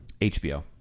HBO